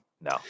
No